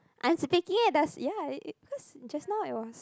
I'm speaking at ya it it because just now it was